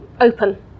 open